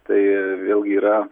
tai vėlgi yra